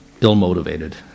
ill-motivated